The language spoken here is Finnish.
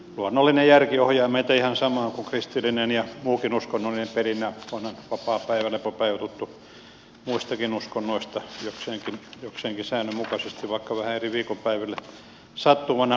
luonnollinen järki ohjaa meitä ihan samaan kuin kristillinen ja muukin uskonnollinen perinne onhan vapaapäivä lepopäivä tuttu muistakin uskonnoista jokseenkin säännönmukaisesti vaikka vähän eri viikonpäiville sattuvana